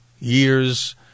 years